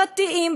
פרטיים,